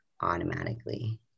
automatically